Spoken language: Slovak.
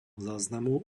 záznamu